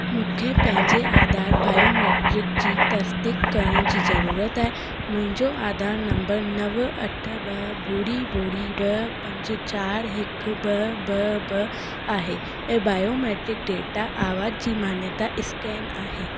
मूंखे पंहिंजे आधार बायोमेट्रिक जी तसदीक करण जी ज़रूरत आहे मुंहिंजो आधार नंबर नव अठ ॿ ॿुड़ी ॿुड़ी ॿ पंज चार हिकु ॿ ॿ ॿ आहे ऐं बायोमेट्रिक डेटा आवाज़ जी मान्यता स्कैन आहे